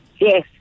Yes